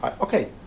Okay